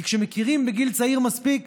כי כשמכירים בגיל צעיר מספיק